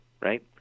right